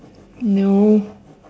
no